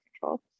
control